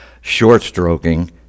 Short-stroking